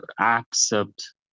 accept